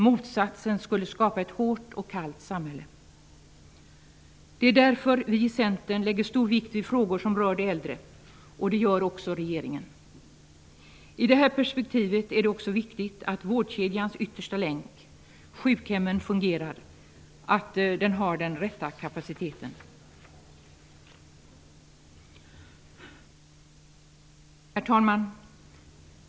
Motsatsen skulle skapa ett hårt och kallt samhälle. Det är därför vi i Centern lägger stor vikt vid frågor som rör de äldre, och det gör också regeringen. I det här perspektivet är det också viktigt att vårdkedjans yttersta länk, sjukhemmen, fungerar, att de har den rätta kapaciteten. Herr talman!